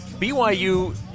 BYU